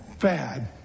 bad